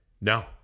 No